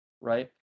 Right